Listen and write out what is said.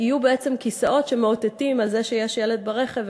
יהיו בעצם כיסאות שמאותתים על זה שיש ילד ברכב,